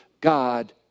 God